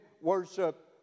worship